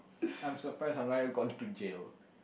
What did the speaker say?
I'm surprised I'm not yet got into jail